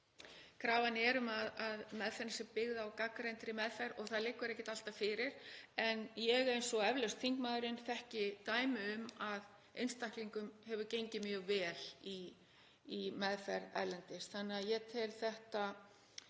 krafan er um að meðferðin sé byggð á gagnreyndri meðferð og það liggur ekkert alltaf fyrir. En ég, eins og eflaust þingmaðurinn, þekki dæmi um að einstaklingum hafi gengið mjög vel í meðferð erlendis þannig að ég tel þetta